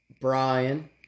Brian